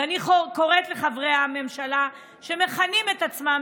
ואני קוראת לחברי הממשלה שמכנים את עצמם